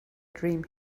dream